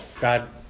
God